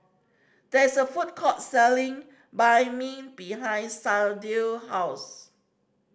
there is a food court selling Banh Mi behind Sharde house